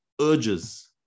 urges